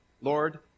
Lord